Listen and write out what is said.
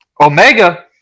Omega